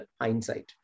hindsight